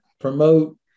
promote